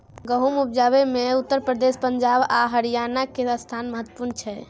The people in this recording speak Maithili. गहुम उपजाबै मे उत्तर प्रदेश, पंजाब आ हरियाणा के स्थान महत्वपूर्ण छइ